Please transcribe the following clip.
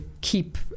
keep